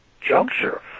juncture